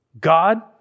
God